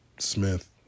Smith